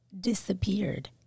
disappeared